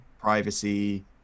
privacy